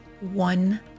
one